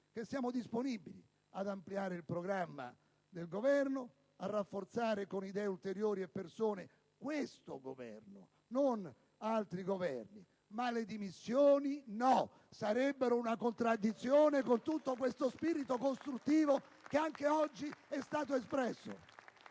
che siamo disponibili ad ampliare il programma del Governo, a rafforzare con idee e persone ulteriori questo Governo e non altri Governi. Ma le dimissioni, no! Sarebbero una contraddizione con tutto questo spirito costruttivo che anche oggi è stato espresso!